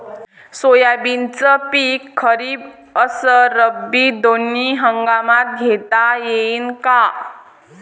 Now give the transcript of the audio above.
सोयाबीनचं पिक खरीप अस रब्बी दोनी हंगामात घेता येईन का?